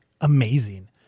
amazing